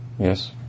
Yes